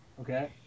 Okay